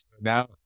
Now